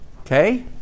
Okay